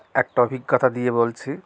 একটা অভিজ্ঞতা দিয়ে বলছি